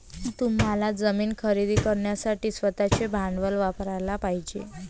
तुम्हाला जमीन खरेदी करण्यासाठी स्वतःचे भांडवल वापरयाला पाहिजे